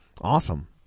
Awesome